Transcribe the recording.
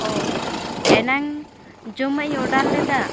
ᱚ ᱮᱱᱟᱝ ᱡᱚᱢᱟᱜ ᱤᱧ ᱚᱰᱟᱨ ᱞᱮᱫᱟ